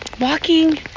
walking